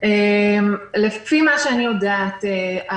לפי מה שאני יודעת,